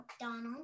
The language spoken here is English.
Donald